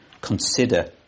Consider